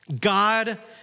God